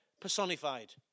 personified